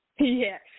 Yes